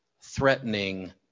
threatening